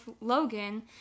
Logan